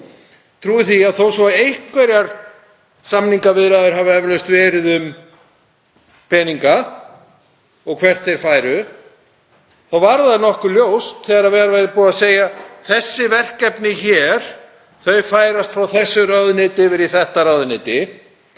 trúi því að þó svo að einhverjar samningaviðræður hafi eflaust verið um peninga og hvert þeir færu þá var það nokkuð ljóst, þegar búið var að segja að þessi verkefni hér færist frá þessu ráðuneyti yfir í þetta ráðuneyti,